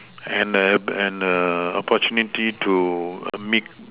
and and opportunity to meet